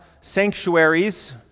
sanctuaries